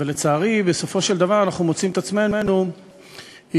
לכן נקבעה בחוק, בצד ההוראה הזאת, הוראה